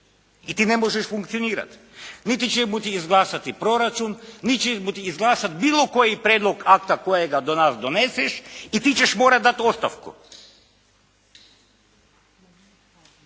i ti ne možeš funkcionirati niti ćemo ti izglasati proračun, niti ćemo ti izglasati bilo koji prijedlog akta kojega do nas doneseš i ti ćeš morati dati ostavku.